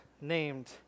named